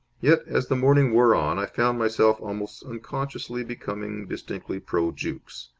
yet, as the morning wore on, i found myself almost unconsciously becoming distinctly pro-jukes.